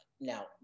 Now